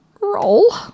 roll